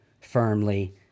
firmly